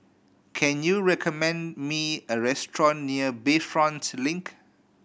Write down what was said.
can you recommend me a restaurant near Bayfront Link